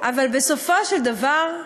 אבל בסופו של דבר,